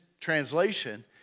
translation